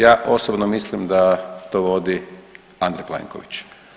Ja osobno mislim da to vodi Andrej Plenković.